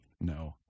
no